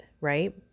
right